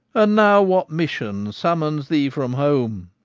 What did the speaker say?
and now what mission summons thee from home,